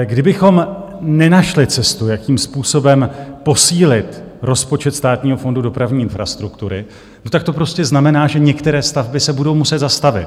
Kdybychom nenašli cestu, jakým způsobem posílit rozpočet Státního fondu dopravní infrastruktury, tak to prostě znamená, že některé stavby se budou muset zastavit.